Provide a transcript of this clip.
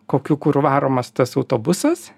kokiu kuru varomas tas autobusas